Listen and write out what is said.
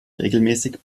regelmäßig